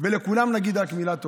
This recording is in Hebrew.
ולכולם נגיד רק מילה טובה.